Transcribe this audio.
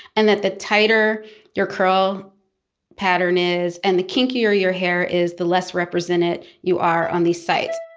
and that the tighter your curl pattern is and the kinkier your hair is the less represented you are on these sites